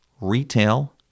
retail